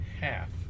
half